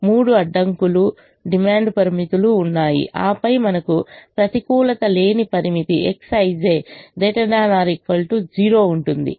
కాబట్టి 3 అడ్డంకులు డిమాండ్ పరిమితులు ఉన్నాయి ఆపై మనకు ప్రతికూలత లేని పరిమితి Xij ≥ 0 ఉంటుంది